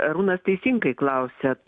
arūnas teisingai klausiat